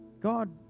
God